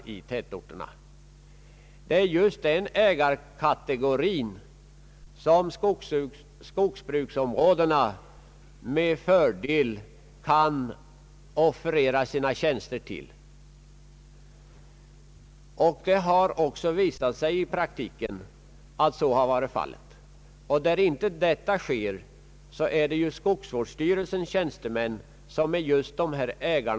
Det är just den ägarkategorin som delägarna i skogsbruksområdena med fördel kan offerera sina tjänster till. Det har också i praktiken visat sig att så varit fallet, och där detta inte skett har skogsvårdsstyrelsens tjänstemän hjälpt just dessa ägare.